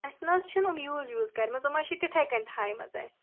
اَسہِ نہ حظ چھِ نہٕ یِم یوٗز ووٗز کَرِمَژٕ یِم حظ چھِ تِتھٕے کٔنۍ تھٲومَژٕ اَسہِ